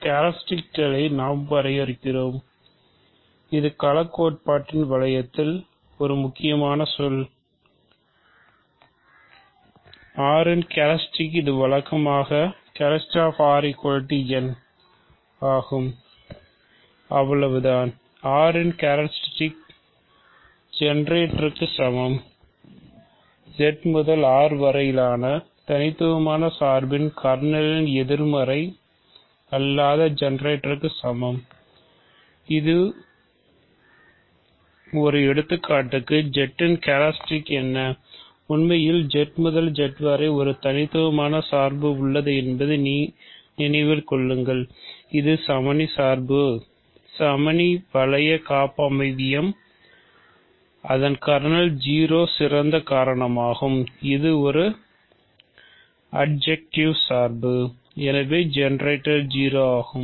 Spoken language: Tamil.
கேரக்ட்ரிஸ்டிக்களை n அவ்வளவுதான் R இன் கேரக்ட்ரிஸ்டிக் எனவே ஜெனரேட்டர் 0 ஆகும்